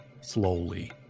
slowly